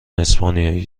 اسپانیایی